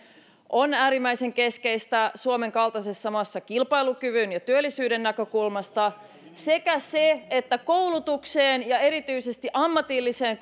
on äärimmäisen keskeistä suomen kaltaisessa maassa kilpailukyvyn ja työllisyyden näkökulmasta sekä se että koulutukseen ja erityisesti ammatilliseen